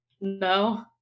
no